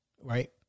Right